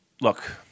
look